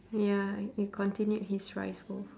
ya you continued his rice bowl fo~